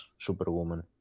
Superwoman